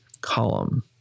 column